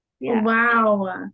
Wow